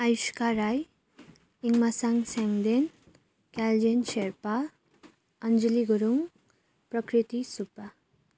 Aaiska Rai Imasang Syangden Kaljen Sherpa Anjali Gurung Prakriti Subba